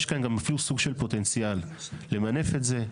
יש כאן גם אפילו סוג של פוטנציאל למנף את זה,